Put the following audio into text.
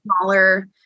smaller